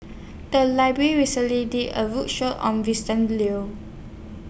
The Library recently did A roadshow on Vincent Leow